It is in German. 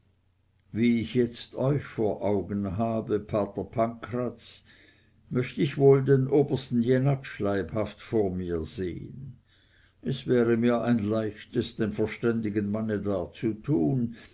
wie ich jetzt euch vor augen habe pater pancraz möcht ich wohl den obersten jenatsch liedhaft vor mir sehen es wäre mir ein leichtes dem verständigen manne darzutun